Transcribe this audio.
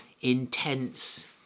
intense